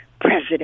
president